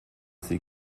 sie